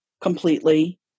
completely